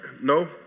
No